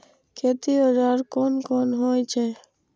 खेती औजार कोन कोन होई छै?